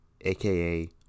aka